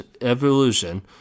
evolution